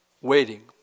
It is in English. waiting